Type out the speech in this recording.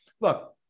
look